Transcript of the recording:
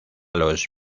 los